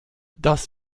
das